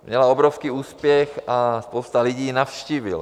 Měla obrovský úspěch a spousta lidí ji navštívila.